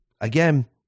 again